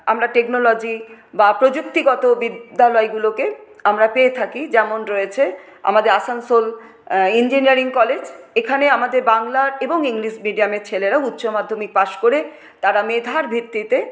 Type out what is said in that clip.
আমরা টেকনোলজি বা প্রযুক্তিগত বিদ্যালয়গুলোকে আমরা পেয়ে থাকি যেমন রয়েছে আমাদের আসানসোল ইঞ্জিনিয়ারিং কলেজ এখানে আমাদের বাংলার এবং ইংলিশ মিডিয়ামের ছেলেরা উচ্চমাধ্যমিক পাশ করে তারা মেধার ভিত্তিতে